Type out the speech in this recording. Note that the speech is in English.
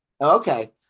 Okay